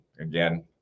again